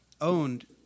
owned